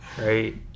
right